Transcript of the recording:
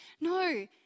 No